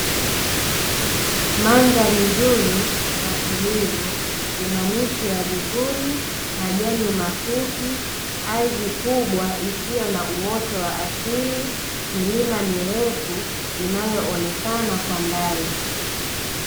Mandhari nzuri na tulivu ina miti ya vivuli, na majani mafupi, ardhi kubwa isiyo na uoto wa asili, milima mirefu inayoonekana kwa mbali